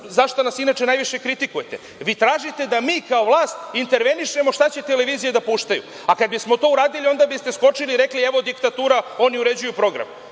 zašta nas inače najviše kritikujete, vi tražite da mi kao vlast intervenišemo šta će televizije da puštaju, a kada bismo to uradili, onda biste skočili i rekli – evo, diktatura, oni uređuju program.